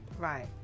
right